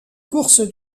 course